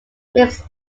mix